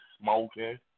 smoking